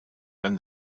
than